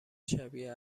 شبیه